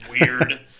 weird